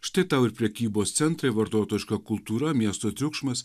štai tau ir prekybos centrai vartotojiška kultūra miesto triukšmas